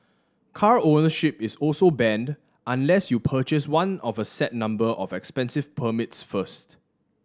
car ownership is also banned unless you purchase one of a set number of expensive permits first